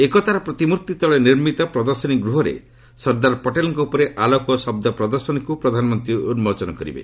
ଏକତାର ପ୍ରତିମୂର୍ତ୍ତି ତଳେ ନିର୍ମିତ ପ୍ରଦର୍ଶନୀ ଗୃହରେ ସର୍ଦ୍ଦାର ପଟେଲଙ୍କ ଉପରେ ଆଲୋକ ଓ ଶବ୍ଦ ପ୍ରଦର୍ଶନୀକୁ ପ୍ରଧାନମନ୍ତ୍ରୀ ଉନ୍କୋଚନ କରିବେ